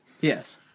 Yes